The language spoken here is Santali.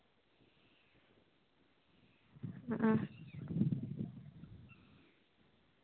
ᱦᱩᱸ